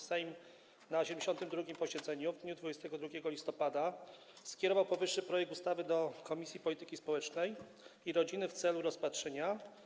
Sejm na 72. posiedzeniu w dniu 22 listopada skierował powyższy projekt ustawy do Komisji Polityki Społecznej i Rodziny w celu rozpatrzenia.